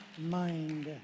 mind